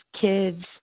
kids